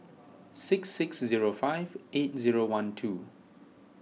six six zero five eight zero one two